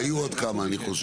היו עוד כמה אני חושב.